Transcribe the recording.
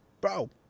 Bro